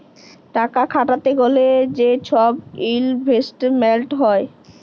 টাকা খাটাইতে গ্যালে যে ছব ইলভেস্টমেল্ট হ্যয়